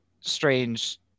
strange